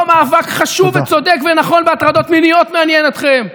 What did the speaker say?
לא מאבק חשוב וצודק ונכון בהטרדות מיניות מעניין אתכם.